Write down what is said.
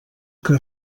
que